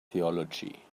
theology